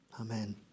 Amen